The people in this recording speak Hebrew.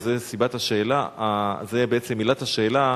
וזו בעצם עילת השאלה,